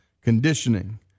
conditioning